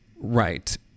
Right